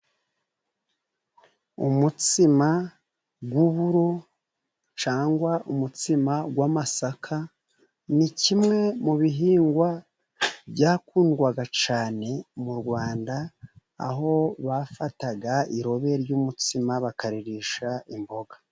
Umutsima w'uburo cyangwa umutsima w'amasaka ni kimwe mu bihingwa byakundwaga cyane mu Rwanda, aho bafataga irobe ry'umutsima bakaririsha imboga.